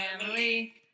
Family